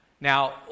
Now